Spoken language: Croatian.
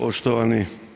Poštovani.